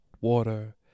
water